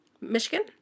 Michigan